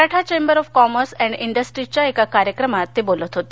Maratha chamber of commerce and इंडस्ट्रीजच्या एका कार्यक्रमात ते बोलत होते